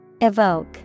Evoke